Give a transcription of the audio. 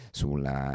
sulla